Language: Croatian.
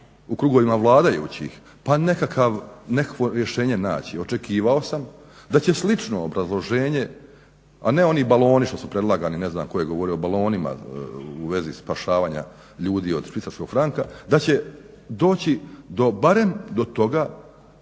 u krugovima vladajućih, pa nekakav, nekakvo rješenje naći. Očekivao sam da će slično obrazloženje, a ne oni baloni što predlagani, ne znam tko je govorio o balonima u vezi spašavanja ljudi od Švicarskog franka, da će doći do, barem, do toga